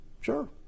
Sure